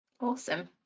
awesome